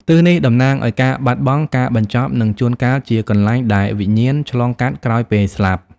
ទិសនេះតំណាងឱ្យការបាត់បង់ ការបញ្ចប់ និងជួនកាលជាកន្លែងដែលវិញ្ញាណឆ្លងកាត់ក្រោយពេលស្លាប់។